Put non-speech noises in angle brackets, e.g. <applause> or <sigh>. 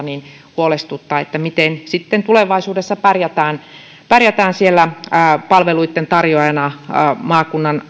<unintelligible> niin huolestuttaa miten tulevaisuudessa pärjätään pärjätään siellä palveluitten tarjoajana maakunnan <unintelligible>